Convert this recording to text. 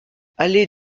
allée